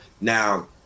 now